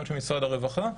גם של משרד הרווחה.